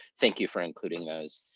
thank you for including those.